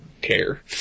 care